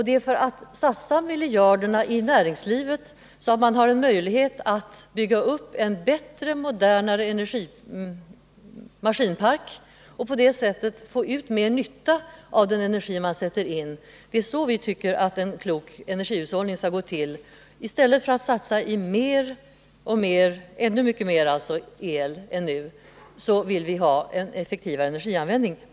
Det är genom att satsa miljarderna i näringslivet som man har en möjlighet att bygga upp en bättre och modernare maskinpark och på det sättet få ut mer nytta av den energi man sätter in. Det är så vi tycker att en klok energihushållning skall gå till. I stället för att satsa ännu mycket mer på att bygga ut kärnkrafts-el än nu vill vi ha effektivare energianvändning.